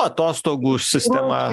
atostogų sistema